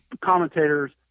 commentators